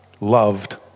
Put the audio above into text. loved